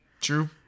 True